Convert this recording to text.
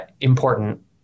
important